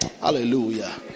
hallelujah